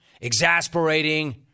exasperating